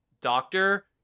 doctor